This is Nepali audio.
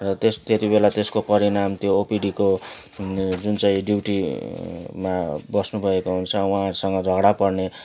र त्यस त्यति बेला त्यसको परिणाम त्यो ओपिटिको जुन चाहिँ ड्युटीमा बस्नुभएको हुन्छ र उहाँहरूसँग झगडा पर्ने